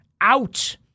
out